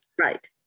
Right